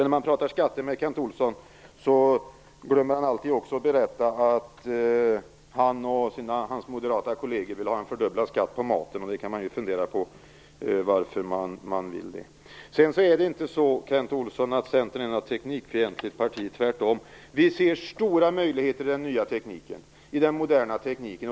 När man pratar skatter med Kent Olsson glömmer han också alltid att berätta att han och hans moderata kolleger vill ha en fördubblad skatt på maten. Man kan ju fundera över varför de vill det. Sedan är det inte så, Kent Olsson, att Centern är ett teknikfientligt parti. Tvärtom ser vi stora möjligheter i den nya moderna tekniken.